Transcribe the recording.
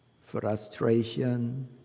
frustration